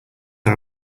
our